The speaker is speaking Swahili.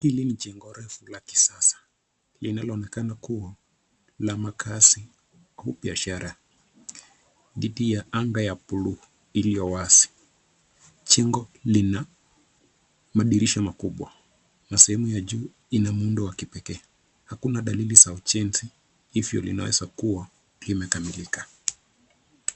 Hili ni jengo refu la kisasa linaloonekana kuwa ya la makaazi au biashara dhidi ya anga ya bluu iliyo wazi. Jengo lina madirisha makubwa na sehemu ya juu ina muundo wa kipekee. Hakuna dalili za ujenzi, hivyo linaweza kuwa limekamilika.